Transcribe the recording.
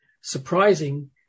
surprising